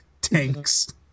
Tanks